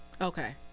Okay